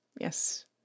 yes